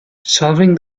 solving